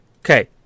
Okay